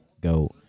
Go